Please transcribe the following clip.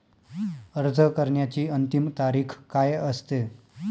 अर्ज करण्याची अंतिम तारीख काय असते?